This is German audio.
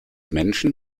menschen